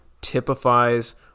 typifies